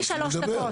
תן לי שלוש דקות.